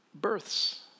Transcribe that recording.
births